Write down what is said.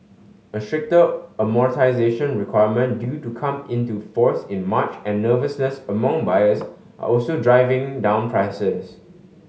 a stricter amortisation requirement due to come into force in March and nervousness among buyers are also driving down prices